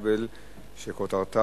של חבר הכנסת איתן כבל,